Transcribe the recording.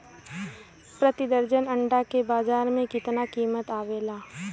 प्रति दर्जन अंडा के बाजार मे कितना कीमत आवेला?